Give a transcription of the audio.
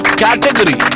category